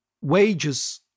wages